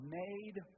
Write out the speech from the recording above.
made